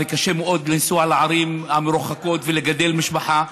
וקשה מאוד לנסוע לערים המרוחקות ולגדל משפחה.